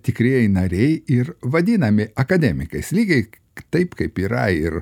tikrieji nariai ir vadinami akademikais lygiai taip kaip yra ir